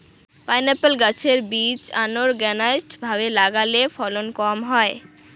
pineapple গাছের বীজ unorganized ভাবে লাগালে ফলন কম হয়